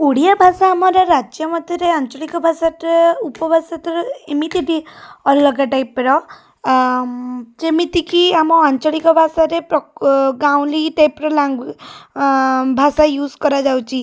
ଓଡ଼ିଆ ଭାଷା ଆମର ରାଜ୍ୟ ମଧ୍ୟରେ ଆଞ୍ଚଳିକ ଭାଷାଟା ଉପ ଭାଷାଠାରୁ ଏମିତି ବି ଅଲଗା ଟାଇପ୍ର ଯେମିତିକି ଆମ ଆଞ୍ଚଳିକ ଭାଷାରେ ଗାଉଁଲି ଟାଇପ୍ର ଲାଙ୍ଗୁ ଭାଷା ୟୁଜ୍ କରାଯାଉଛି